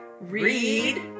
read